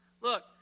Look